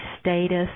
status